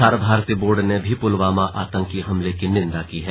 प्रसार भारती बोर्ड ने भी पुलवामा आतंकी हमले की निंदा की है